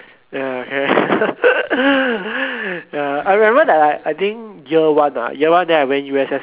ya okay ya I remember like I think year one ah year one then I went U_S_S